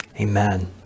Amen